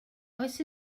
oes